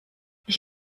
ich